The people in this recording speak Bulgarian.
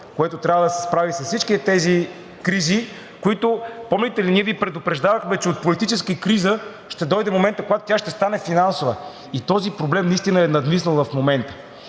което трябва да се справи с всички тези кризи, които – помните ли, ние Ви предупреждавахме, че от политическа криза ще дойде моментът, когато тя ще стане финансова, и този проблем наистина е надвиснал в момента